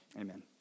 Amen